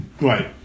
Right